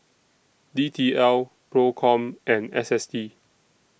D T L PROCOM and S S T